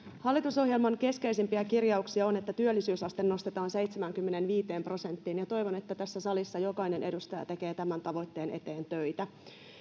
hallitusohjelman keskeisimpiä kirjauksia on että työllisyysaste nostetaan seitsemäänkymmeneenviiteen prosenttiin ja toivon että tässä salissa jokainen edustaja tekee tämän tavoitteen eteen töitä